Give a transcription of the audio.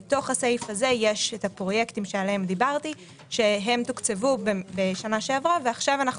בתוכו יש הפרויקטים שעליהם דיברתי שהם תוקצבו בשנה שעברה ועכשיו אנחנו